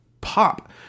pop